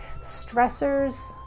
stressors